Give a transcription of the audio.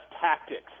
tactics